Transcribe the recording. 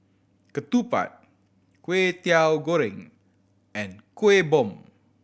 ketupat Kway Teow Goreng and Kueh Bom